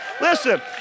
listen